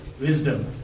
wisdom